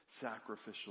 sacrificial